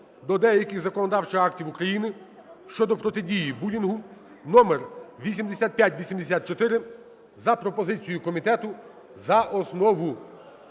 до деяких законодавчих актів України щодо протидії булінгу(№ 8584) за пропозицією комітету за основу.